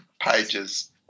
pages